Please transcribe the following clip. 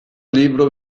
libro